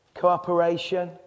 Cooperation